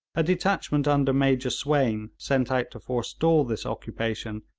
a detachment under major swayne, sent out to forestall this occupation,